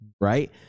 right